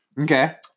Okay